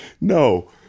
no